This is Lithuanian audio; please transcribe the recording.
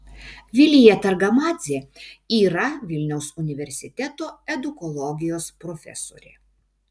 vilija targamadzė yra vilniaus universiteto edukologijos profesorė